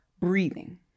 breathing